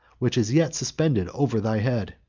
which is yet suspended over thy head.